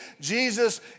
Jesus